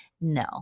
no